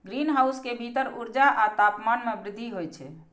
greenhouse के भीतर ऊर्जा आ तापमान मे वृद्धि होइ छै